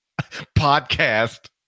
podcast